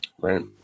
Right